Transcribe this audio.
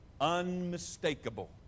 unmistakable